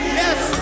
yes